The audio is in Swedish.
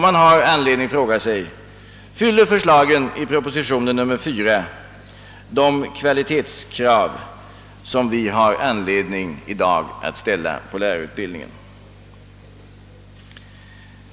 Man har anledning fråga sig: Fyller förslagen i proposition nr 4 de kvalitetskrav, som vi i dag har skäl att ställa på lärarutbildningen?